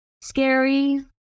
scary